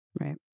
Right